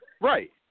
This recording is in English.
Right